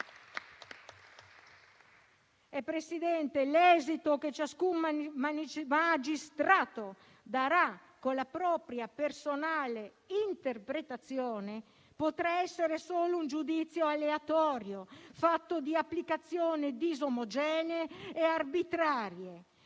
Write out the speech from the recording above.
Presidente, l'esito che ciascun magistrato darà, con la propria personale interpretazione, potrà essere solo un giudizio aleatorio, fatto di applicazioni disomogenee e arbitrarie.